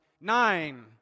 Nine